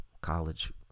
college